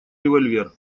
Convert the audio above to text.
револьвер